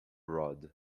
rod